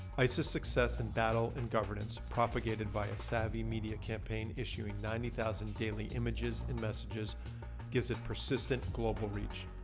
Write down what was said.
isis's success in battle and governance propagated by a savvy media campaign issuing ninety thousand daily images and messages gives it persistent global reach.